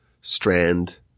strand